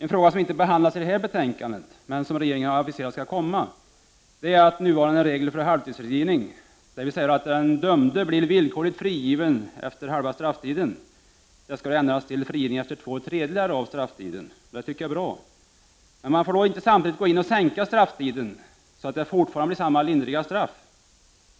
En fråga som inte behandlas i detta betänkande men som regeringen aviserat skall komma är att nuvarande regler för halvtidsfrigivning, dvs. att den dömde blir villkorligt frigiven efter halva strafftiden, skall ändras till frigivning efter två tredjedelar av strafftiden. Detta tycker jag är bra, men man får då inte samtidigt gå in och sänka strafftiden så att det fortfarande blir samma lindriga straff.